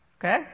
Okay